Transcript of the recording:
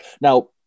Now